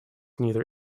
neither